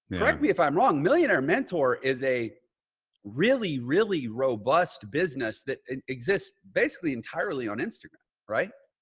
correct me if i'm wrong. millionaire mentor is a really, really robust business that and exists basically entirely on instagram, right?